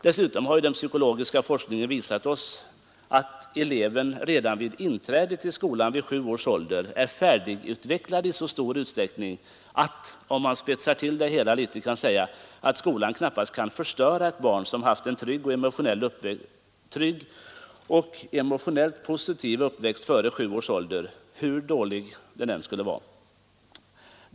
Dessutom har den psykologiska forskningen visat att eleverna redan vid inträdet i skolan vid sju års ålder är färdigutvecklade i så stor utsträckning att man kan säga — om man spetsar till det hela litet — att skolan knappast kan förstöra ett barn som har haft en trygg och emotionellt positiv uppväxt före sju års ålder, hur dålig den än skulle vara.